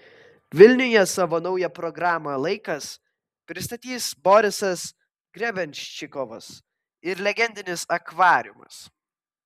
vilniuje savo naują programą laikas pristatys borisas grebenščikovas ir legendinis akvariumas